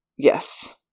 Yes